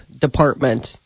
department